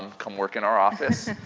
come work in our office.